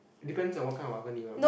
it depends on what kind of oven you want but